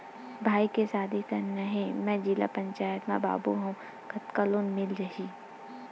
भाई के शादी करना हे मैं जिला पंचायत मा बाबू हाव कतका लोन मिल जाही?